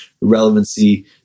relevancy